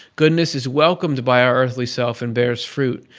goodness is welcomed by our earthly self and bears fruit,